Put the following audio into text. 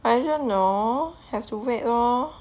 I don't know have to wait lor